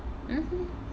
mmhmm